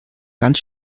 ganz